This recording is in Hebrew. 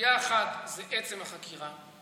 סוגיה אחת זה עצם החקירה,